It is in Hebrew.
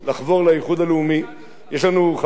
יש לנו חברי כנסת מצוינים באיחוד הלאומי,